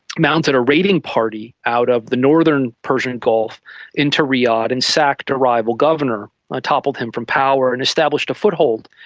mounted a raiding party out of the northern persian gulf into riyadh and sacked a rival governor and toppled him from power and established a foothold.